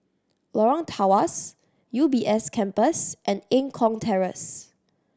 Lorong Tawas U B S Campus and Eng Kong Terrace